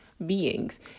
Beings